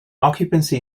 occupancy